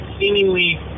seemingly